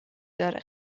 داره